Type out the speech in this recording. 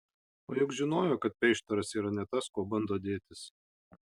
o juk žinojo kad peištaras yra ne tas kuo bando dėtis